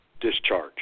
discharge